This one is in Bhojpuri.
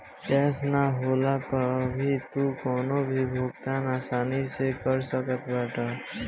कैश ना होखला पअ भी तू कवनो भी भुगतान आसानी से कर सकत बाटअ